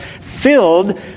filled